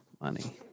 money